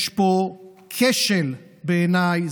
יש פה כשל, בעיניי.